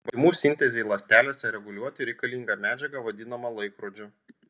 baltymų sintezei ląstelėse reguliuoti reikalinga medžiaga vadinama laikrodžiu